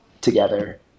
together